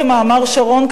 כמאמר שרון,